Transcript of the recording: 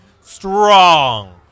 strong